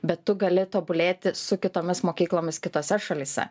bet tu gali tobulėti su kitomis mokyklomis kitose šalyse